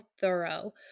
thorough